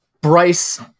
Bryce